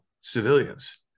civilians